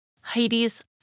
Heidi's